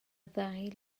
ddau